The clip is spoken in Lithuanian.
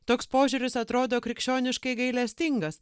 toks požiūris atrodo krikščioniškai gailestingas